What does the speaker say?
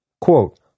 Quote